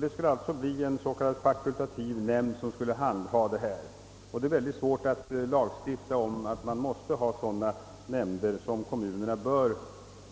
Det blir alltså ett s.k. fakultativt kommunalt organ som skall handha detta. Det är mycket svårt att på detta område bestämma att det måste finnas en särskild nämnd. Kommunerna bör